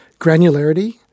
granularity